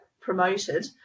promoted